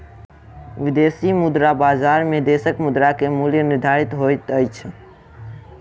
विदेशी मुद्रा बजार में देशक मुद्रा के मूल्य निर्धारित होइत अछि